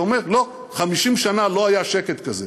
הוא אומר: לא, 50 שנה לא היה שקט כזה.